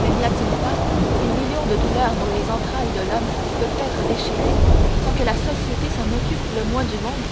mais n'y a-t-il pas des millions de douleurs dont les entrailles de l'homme peuvent être déchirées sans que la société s'en occupe le moins du monde